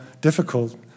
difficult